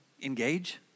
engage